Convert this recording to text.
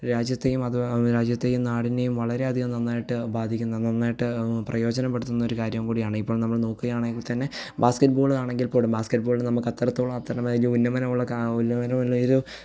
രാജ്യത്തെയും അത് രാജ്യത്തെയും നാടിനെയും വളരെ അധികം നന്നായിട്ടു ബാധിക്കുന്ന നന്നായിട്ടു പ്രയോജനപ്പെടുത്തുന്ന ഒരു കാര്യം കൂടി ആണ് ഇപ്പം നമ്മൾ നോക്കുകയാണെങ്കിൽ തന്നെ ബാസ്കറ്റ് ബോൾ ആണെങ്കിൽ പോലും ബാസ്കറ്റ് ബോളിനു നമുക്ക് അത്രത്തോളം അത്ര വലിയ ഉന്നമനം ഉള്ള കാ ഉന്നമനം ഉള്ള ഒരു